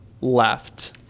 left